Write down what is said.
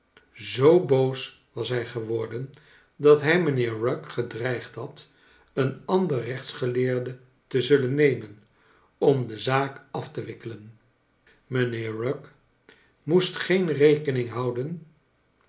zoo boos was hij geworden dat hij mijnheer rugg gedreigd had een ander rechtsgeleerde te zullen nemen om de zaak af te wikkelen mijnheer rugg moest geen rekening houden